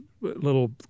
little